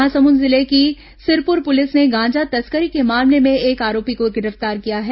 महासमुंद जिले की सिरपुर पुलिस ने गांजा तस्करी के मामले में एक आरोपी को गिरफ्तार किया है